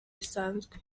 bisanzwe